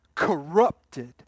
corrupted